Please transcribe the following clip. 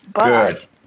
Good